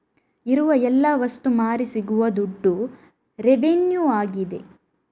ಇರುವ ಎಲ್ಲ ವಸ್ತು ಮಾರಿ ಸಿಗುವ ದುಡ್ಡು ರೆವೆನ್ಯೂ ಆಗಿದೆ